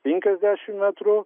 penkiasdešimt metrų